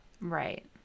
Right